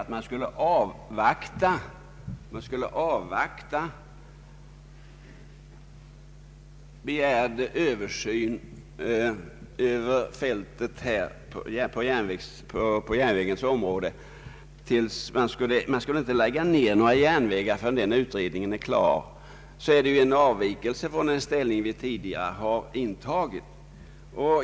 Att den skulle igångsättas nu och att man inte skulle lägga ned några järnvägar förrän den är klar innebär en avvikelse från den ställning vi tidigare har intagit.